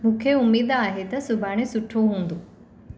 मूंखे उमेदु आहे त सुभाणे सुठो हूंदो